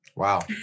Wow